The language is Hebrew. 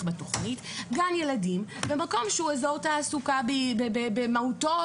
בתוכנית גן ילדים במקום שהוא איזור תעסוקה במהותו,